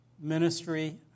ministry